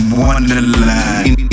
Wonderland